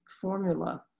formula